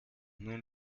nun